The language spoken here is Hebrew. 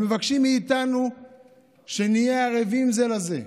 הם מבקשים מאיתנו שנהיה ערבים זה לזה,